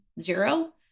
Zero